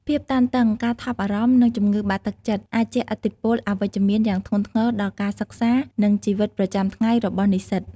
ភាពតានតឹង ការថប់បារម្ភ និងជំងឺបាក់ទឹកចិត្តអាចជះឥទ្ធិពលអវិជ្ជមានយ៉ាងធ្ងន់ធ្ងរដល់ការសិក្សា និងជីវិតប្រចាំថ្ងៃរបស់និស្សិត។